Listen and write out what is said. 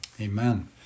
Amen